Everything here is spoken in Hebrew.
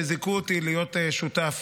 שזיכו אותי להיות שותף